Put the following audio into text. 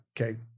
okay